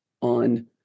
on